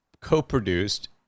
co-produced